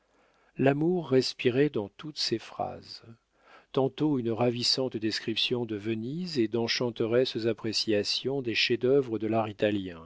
l'amour respirait dans toutes ses phrases tantôt une ravissante description de venise et d'enchanteresses appréciations des chefs-d'œuvre de